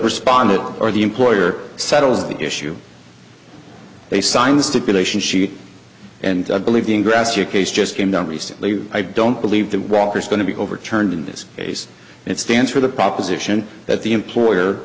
respondent or the employer settles the issue they sign the stipulation she and i believe the ingress your case just came down recently i don't believe that walker is going to be overturned in this case and it stands for the proposition that the employer